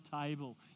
table